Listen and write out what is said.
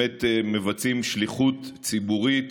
מבצעים שליחות ציבורית